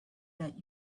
that